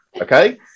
Okay